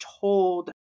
told